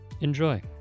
Enjoy